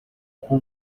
kuko